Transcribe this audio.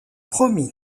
promis